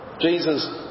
Jesus